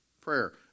prayer